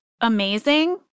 amazing